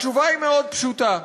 התשובה היא מאוד פשוטה: